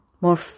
more